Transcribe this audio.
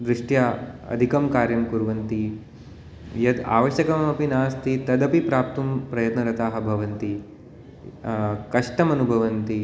दृष्ट्या अधिकं कार्यं कुर्वन्ति यद् आवश्यकम् अपि नास्ति तदपि प्राप्तुं प्रयत्नरताः भवन्ति कष्टम् अनुभवन्ति